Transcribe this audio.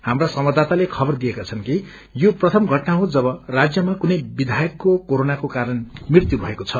हाप्रा संवाददाताले खबर दिएका छन् कि यो प्रथम घटना हो जब राज्यमा कुनै विधायकको कोरोनाको कारण मृत्यु भएको छ